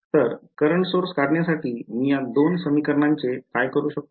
तर current source काढण्यासाठी मी या दोन समीकरणांचे काय करू शकतो